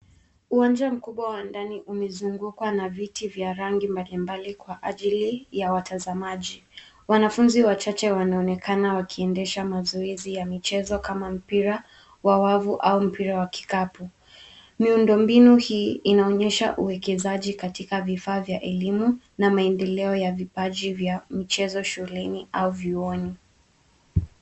Uwanja mkubwa wa ndani umezungukwa na viti vya rangi mbalimbali kwa ajili ya watazamaji. Wanafunzi wachache wanaonekana wakiendesha mazoezi ya mchezo kama mpira wa wavu au mpira wa kikapu. Miundo mbinu hii inaonyesha uwekezaji katika vifaa vya elimu na maendeleo ya vipaji vya michezo shuleni au vyuoni.